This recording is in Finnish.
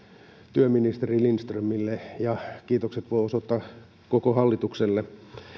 työministeri lindströmille ja kiitokset voi osoittaa koko hallitukselle